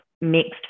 mixed